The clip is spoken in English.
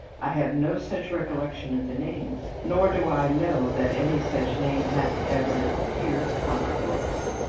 i have no such recollection of the name nor do i know that any such name hath ever appeared upon our books.